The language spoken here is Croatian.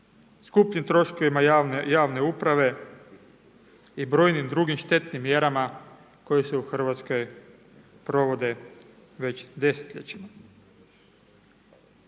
skupljim troškovima javne uprave i brojnim drugim štetnim mjerama koje se u Hrvatskoj provode već desetljećima.